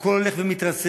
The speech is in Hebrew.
שהכול הולך ומתרסק.